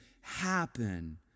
happen